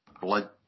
blood